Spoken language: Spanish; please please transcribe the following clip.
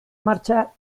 marcha